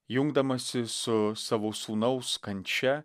jungdamasi su savo sūnaus kančia